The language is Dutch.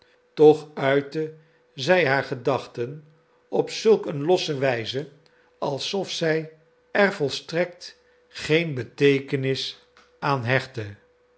toch uitte zij haar gedachten op zulk een losse wijze alsof zij er volstrekt geen beteekenis aan hechtte